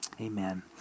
amen